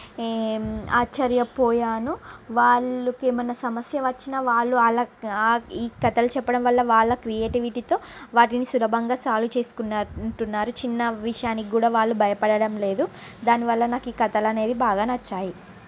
ఆశ్చర్యపోయాను వాళ్ళకి ఏమైనా సమస్య వచ్చిన వాళ్ళు ఈ కథలు చెప్పడం వలన వాళ్ళ క్రియేటివిటీతో వాటిని సులభంగా సాల్వ్ చేసుకుంటున్నారు చిన్న విషయాన్ని కూడా వాళ్ళు భయపడడం లేదు దాని వల్ల నాకు ఈ కథలు అనేవి బాగా నచ్చాయి